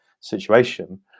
situation